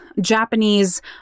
Japanese